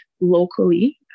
locally